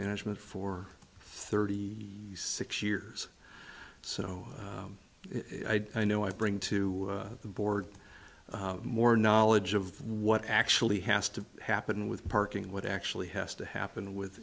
management for thirty six years so i know i bring to the board more knowledge of what actually has to happen with parking what actually has to happen with